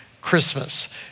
Christmas